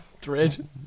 thread